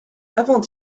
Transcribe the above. avant